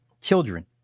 children